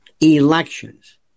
elections